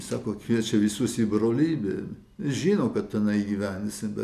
sako kviečia visus į brolybę žino kad tenai gyvensi bet